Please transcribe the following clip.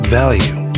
value